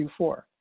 Q4